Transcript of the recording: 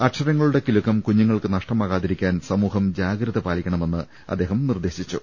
അക്ഷരങ്ങളുടെ കിലുക്കം കുഞ്ഞുങ്ങൾക്ക് നഷ്ടമാകാതിരി ക്കാൻ സമൂഹം ജാഗ്രത പാലിക്കണമെന്ന് മുഖ്യമന്ത്രി നിർദ്ദേശിച്ചു